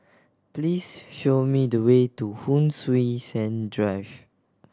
please show me the way to Hon Sui Sen Drive